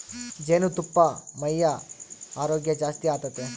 ಜೇನುತುಪ್ಪಾ ಮೈಯ ಆರೋಗ್ಯ ಜಾಸ್ತಿ ಆತತೆ